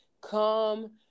Come